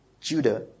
Judah